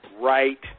right